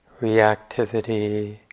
reactivity